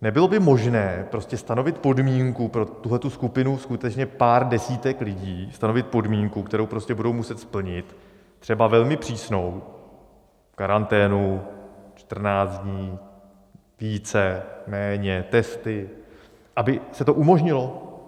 Nebylo by možné prostě stanovit podmínku pro tuhle skupinu skutečně pár desítek lidí, stanovit podmínku, kterou budou muset splnit, třeba velmi přísnou karanténu, čtrnáct dní, více, méně, testy , aby se to umožnilo?